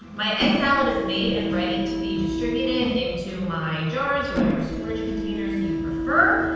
my egg salad is made and ready to be distributed into my jars or whatever storage containers you prefer.